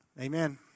Amen